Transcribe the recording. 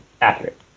accurate